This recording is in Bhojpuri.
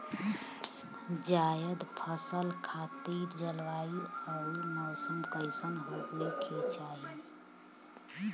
जायद फसल खातिर जलवायु अउर मौसम कइसन होवे के चाही?